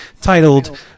titled